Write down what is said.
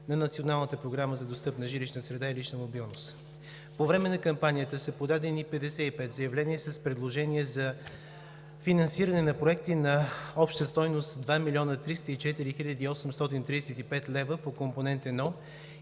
среда и лична мобилност. По време на кампанията са подадени 55 заявления с предложения за финансиране на проекти на обща стойност 2 млн. 304 хил. 835 лв. по Компонент 1